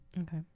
Okay